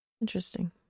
Interesting